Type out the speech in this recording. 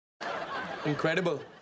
incredible